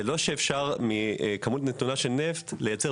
זה לא שאפשר מכמות גדולה של נפט לייצר